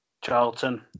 Charlton